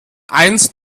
eins